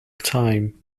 time